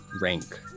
rank